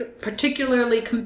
particularly